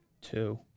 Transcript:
Two